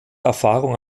erfahrung